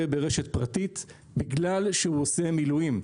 ברשת פרטית בגלל שהוא עושה מילואים.